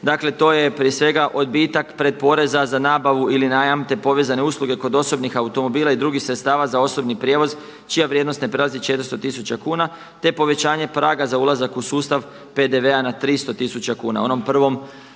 Dakle, to je prije svega odbitak pretporeza za nabavu ili najam, te povezane usluge kod osobnih automobila i drugih sredstava za osobni prijevoz čija vrijednost ne prelazi 400 tisuća kuna, te povećanje praga za ulazak u sustav PDV-a na 300 tisuća kuna.